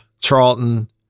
Charlton